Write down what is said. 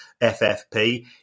FFP